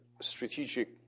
strategic